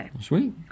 Sweet